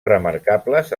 remarcables